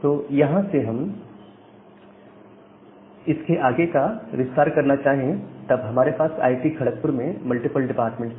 तो यहां से अगर हम इसके आगे इसका और विस्तार करना चाहे तब हमारे पास आईआईटी खड़कपुर में मल्टीपल डिपार्टमेंट है